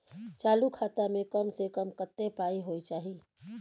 चालू खाता में कम से कम कत्ते पाई होय चाही?